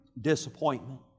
disappointment